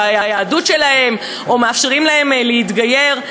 ביהדות שלהן או שלא מאפשרים להן להתגייר.